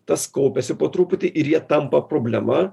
tas kaupiasi po truputį ir jie tampa problema